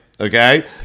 Okay